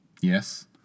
Yes